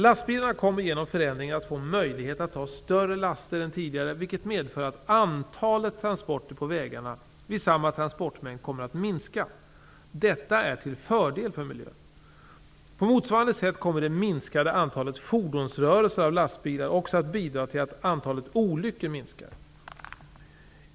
Lastbilarna kommer genom förändringen att få möjlighet att ta större laster än tidigare, vilket medför att antalet transporter på vägarna vid samma transportmängd kommer att minska. Detta är till fördel för miljön. På motsvarande sätt kommer det minskade antalet fordonsrörelser av lastbilar också att bidra till att antalet olyckor minskar.